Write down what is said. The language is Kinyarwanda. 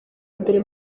mbere